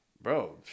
Bro